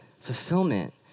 fulfillment